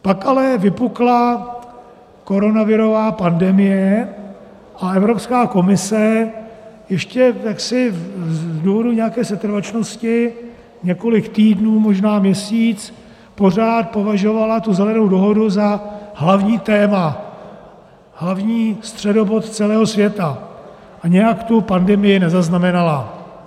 Pak ale vypukla koronavirová pandemie a Evropská komise ještě jaksi z důvodu nějaké setrvačnosti několik týdnů, možná měsíc, pořád považovala tu Zelenou dohodu za hlavní téma, hlavní středobod celého světa a nějak tu pandemii nezaznamenala.